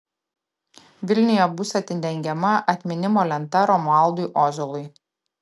vilniuje bus atidengiama atminimo lenta romualdui ozolui